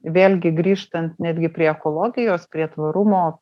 vėlgi grįžtant netgi prie ekologijos prie tvarumo